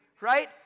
right